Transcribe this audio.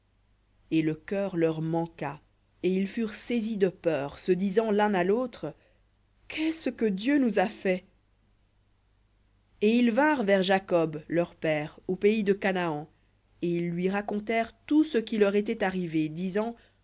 et le cœur leur manqua et ils furent saisis de peur se disant l'un à l'autre qu'est-ce que dieu nous a fait v ou et ils vinrent vers jacob leur père au pays de canaan et ils lui racontèrent tout ce qui leur était arrivé